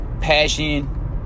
passion